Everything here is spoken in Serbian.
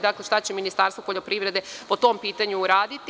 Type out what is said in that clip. Dakle, šta će Ministarstvo poljoprivrede po tom pitanju uraditi?